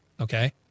okay